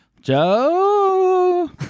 joe